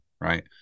Right